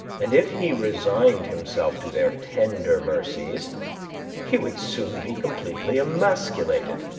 and if he resigned himself to their tender mercies he would soon be completely emasculated.